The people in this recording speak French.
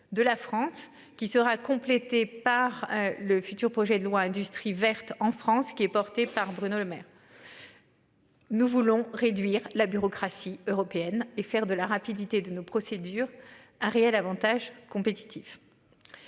de la France qui sera complété par le futur projet de loi industrie verte en France qui est porté par Bruno Lemaire. Nous voulons réduire la bureaucratie européenne et faire de la rapidité de nos procédures, un réel Avantage compétitif.